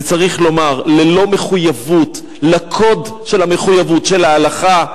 וצריך לומר: ללא מחויבות לקוד של המחויבות של ההלכה,